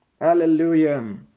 Hallelujah